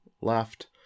left